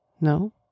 No